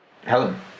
Helen